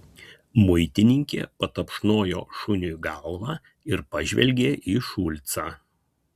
muitininkė patapšnojo šuniui galvą ir pažvelgė į šulcą